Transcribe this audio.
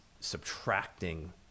subtracting